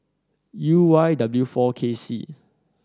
U Y W four K C